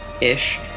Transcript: ish